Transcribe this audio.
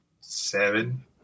seven